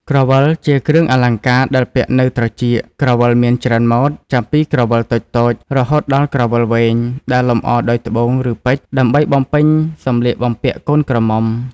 ក្រវិល ជាគ្រឿងអលង្ការដែលពាក់នៅត្រចៀក។ ក្រវិលមានច្រើនម៉ូត ចាប់ពីក្រវិលតូចៗ រហូតដល់ក្រវិលវែងដែលលម្អដោយត្បូង ឬពេជ្រ ដើម្បីបំពេញសម្លៀកបំពាក់កូនក្រមុំ។